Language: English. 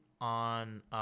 on –